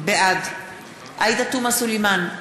בעד עאידה תומא סלימאן,